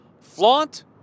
flaunt